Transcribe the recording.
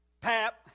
Pap